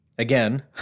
Again